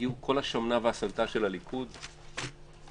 הגיעו כל השמנה והסלתה של הליכוד וימינה,